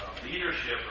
leadership